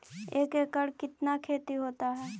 एक एकड़ कितना खेति होता है?